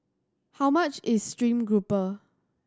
how much is stream grouper